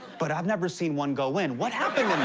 but i've never seen one go in. what happened